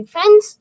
Friends